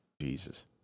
Jesus